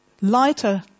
lighter